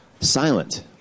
silent